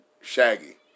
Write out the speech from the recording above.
Shaggy